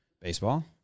Baseball